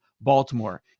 Baltimore